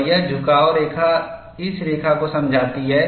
और यह झुकाव रेखा इस रेखा को समझाती है